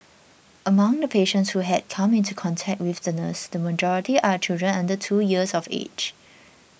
among the patients who had come into contact with the nurse the majority are children under two years of age